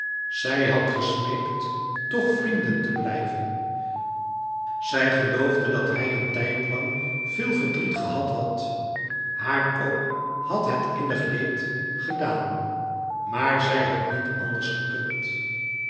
zij had gesmeekt toch vrienden te blijven zij geloofde dat hij een tijd lang veel verdriet gehad had haar ok had het innig leed gedaan maar zij had niet anders gekund